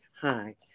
hi